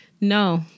no